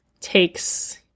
takes